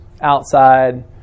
outside